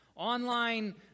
Online